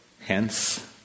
Hence